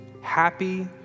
happy